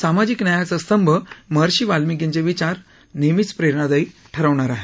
सामाजिक न्यायाचा स्तंभ महर्षी वाल्मिकींचे विघार नेहमीच प्रेरणादायी आहेत